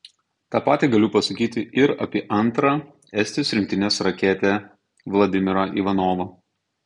tą patį galiu pasakyti ir apie antrą estijos rinktinės raketę vladimirą ivanovą